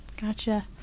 Gotcha